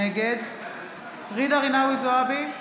נגד ג'ידא רינאוי זועבי,